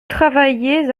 travaillez